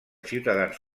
ciutadans